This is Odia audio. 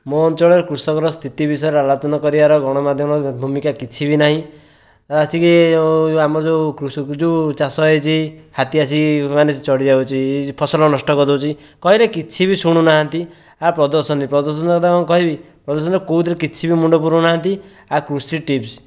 ମୋ ଅଞ୍ଚଳରେ କୃଷକର ସ୍ଥିତି ବିଷୟରେ ଆଲୋଚନା କରିବାରେ ଗଣମାଧ୍ୟମର ଭୂମିକା କିଛି ବି ନାହିଁ ଆଜି ବି ଆମର ଯେଉଁ କୃ ଚାଷ ହୋଇଛି ହାତୀ ଆସିକି ଚଢ଼ି ଯାଉଛି ଫସଲ ନଷ୍ଟ କରିଦେଉଛି କହିଲେ କିଛି ବି ଶୁଣୁନାହାନ୍ତି ଆ ପ୍ରଦର୍ଶିନୀ ପ୍ରଦର୍ଶିନୀ କଥା କ'ଣ କହିବି ପ୍ରଦର୍ଶିନୀ କେଉଁଥିରେ କିଛି ବି ମୁଣ୍ଡ ପୁରାଉ ନାହାନ୍ତି ଆ କୃଷି ଟିପ୍ସ